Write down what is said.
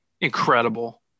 incredible